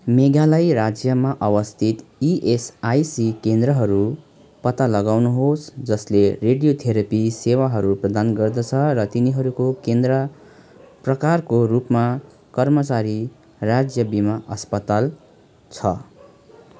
मेघालय राज्यमा अवस्थित इएसआइसी केन्द्रहरू पत्ता लगाउनुहोस् जसले रेडियोथेरापी सेवाहरू प्रदान गर्दछ र तिनीहरूको केन्द्र प्रकारको रूपमा कर्मचारी राज्य बिमा अस्पताल छ